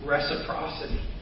Reciprocity